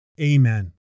Amen